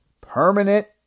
permanent